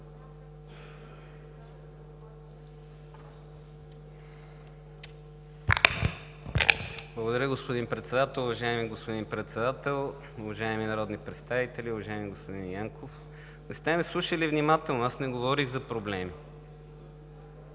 Благодаря, господин Председател. Уважаеми господин Председател, уважаеми народни представители! Уважаеми господин Янков, не сте ме слушали внимателно, аз не говорих за проблеми.